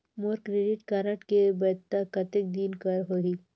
मोर credit card के वैधता कतेक दिन कर होही?